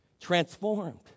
transformed